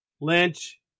Lynch